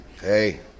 hey